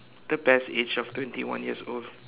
the best age of twenty one years old